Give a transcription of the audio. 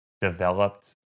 developed